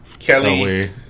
Kelly